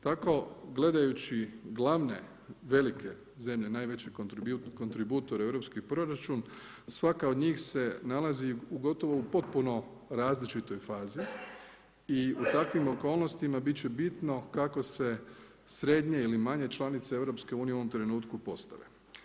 Tako gledajući glavne velike zemlje, najveće kontributore u europski proračun, svaka od njih se nalazi u gotovo u potpuno različitoj fazi i u takvim okolnostima bit će bitno kako se srednje ili manje članice EU-a u ovom trenutku postave.